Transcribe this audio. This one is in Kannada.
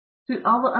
ಪ್ರತಾಪ್ ಹರಿಡೋಸ್ ಆರಂಭ